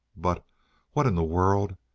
but what in the world!